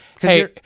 hey